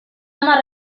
hamar